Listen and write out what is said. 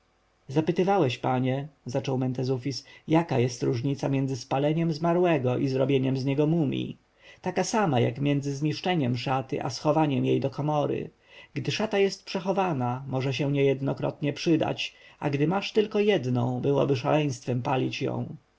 zapytywałeś panie zaczął mentezufis jaka jest różnica między spaleniem zmarłego i zrobieniem z niego mumji taka sama jak między zniszczeniem szaty a schowaniem jej do komory gdy szata jest przechowana może się niejednokrotnie przydać a gdy masz tylko jedną byłoby szaleństwem palić